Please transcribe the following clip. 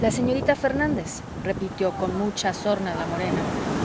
la señorita fernández repitió con mucha sorna la morena